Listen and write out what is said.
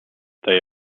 they